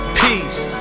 peace